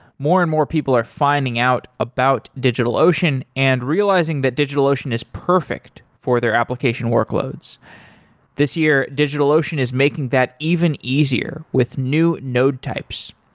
more and more people are finding out about about digitalocean and realizing that digitalocean is perfect for their application workloads this year, digitalocean is making that even easier with new node types.